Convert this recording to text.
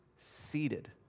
seated